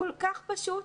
כל כך פשוט.